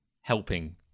helping